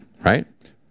right